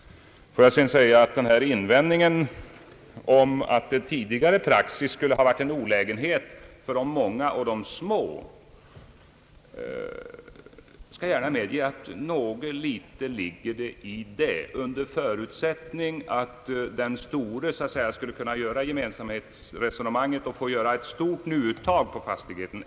Beträffande invändningen att tidigare praxis skulle ha varit till olägenhet för de många och de små, så medger jag gärna att det ligger något i den — under förutsättning att den store skogsägaren skulle kunna följa gemensamhetsresonemanget och få göra ett stort nuuttag på fastigheten.